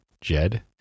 jed